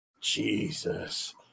Jesus